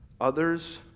Others